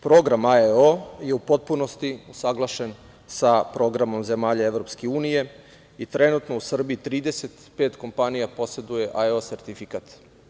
Program AEO je u potpunost usaglašen sa programom zemalja EU i trenutno u Srbiji 35 kompanija poseduje AEO sertifikat.